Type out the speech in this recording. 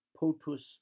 potus